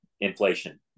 inflation